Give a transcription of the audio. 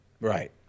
Right